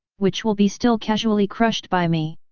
which will be still casually crushed by me?